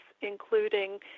including